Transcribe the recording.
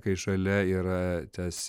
kai šalia yra tas